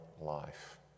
life